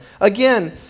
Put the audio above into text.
Again